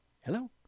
Hello